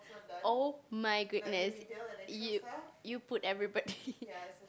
oh my goodness you you put everybody